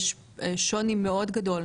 יש שוני מאוד גדול.